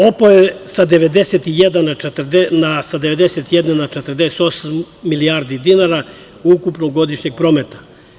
Opao je sa 91 na 48 milijardi dinara ukupnog godišnjeg prometa.